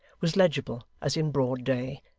was legible as in broad day,